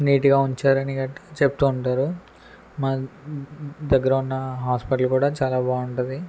నీట్గా ఉంచారని గట్ట చెప్తూ ఉంటారు మా దగ్గర ఉన్న హాస్పిటల్ కూడా చాలా బాగుంటుంది